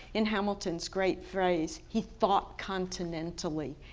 in hamilton's great phrase, he thought continentally.